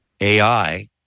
AI